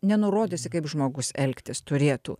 nenurodysi kaip žmogus elgtis turėtų